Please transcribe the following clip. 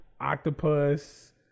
octopus